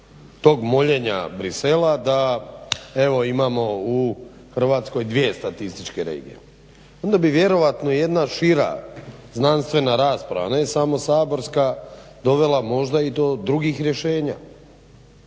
tog moljenja Bruxellesa da evo imamo u Hrvatskoj dvije statističke regije. Onda bi vjerojatno jedna šira znanstvena rasprava, ne samo saborska dovela možda i do drugih rješenja.